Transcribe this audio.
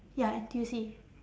ya N_T_U_C